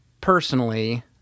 personally